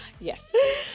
Yes